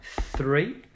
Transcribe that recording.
three